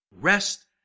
Rest